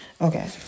Okay